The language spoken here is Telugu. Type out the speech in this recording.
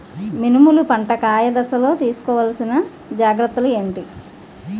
మినుములు పంట కాయ దశలో తిస్కోవాలసిన జాగ్రత్తలు ఏంటి?